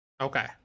okay